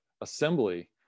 assembly